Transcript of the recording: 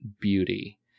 beauty